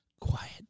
quiet